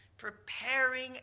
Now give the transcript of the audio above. preparing